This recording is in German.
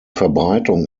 verbreitung